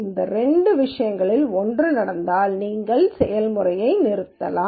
இந்த இரண்டு விஷயங்களில் ஒன்று நடந்தால் நீங்கள் செயல்முறையை நிறுத்தலாம்